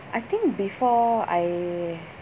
I think before I